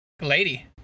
lady